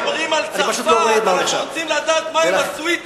כשמדברים על צרפת אנחנו רוצים לדעת מה עם הסוויטה.